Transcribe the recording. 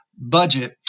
budget